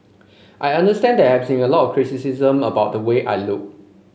I understand that there's been a lot of criticism about the way I look